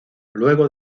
luego